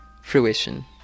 fruition